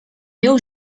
meu